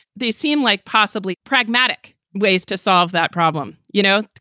they seem like possibly pragmatic ways to solve that problem. you know,